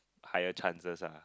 higher chances lah